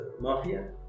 mafia